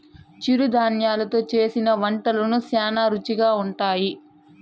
చిరుధాన్యలు తో చేసిన వంటలు శ్యానా రుచిగా ఉంటాయి